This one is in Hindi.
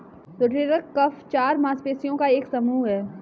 रोटेटर कफ चार मांसपेशियों का एक समूह है